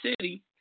City